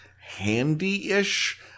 handy-ish